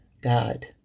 God